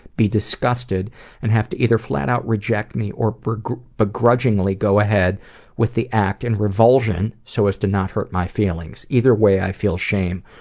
be disgusted and have to either flat out reject me, or or begrudgingly go ahead with the act in and revulsion, so as to not hurt my feelings. either way i feel shame,